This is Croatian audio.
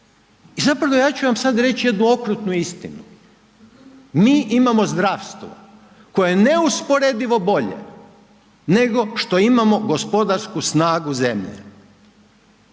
i zapravo ja ću vam sad reć jednu okrutnu istinu, mi imamo zdravstvo koje je neusporedivo bolje nego što imamo gospodarsku snagu zemlje.